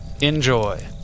Enjoy